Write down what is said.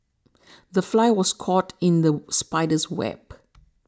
the fly was caught in the spider's web